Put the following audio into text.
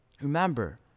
Remember